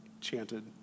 chanted